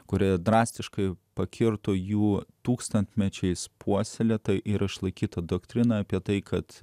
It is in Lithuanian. kuri drastiškai pakirto jų tūkstantmečiais puoselėta ir išlaikyta doktrina apie tai kad